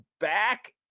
back